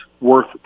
worth